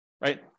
right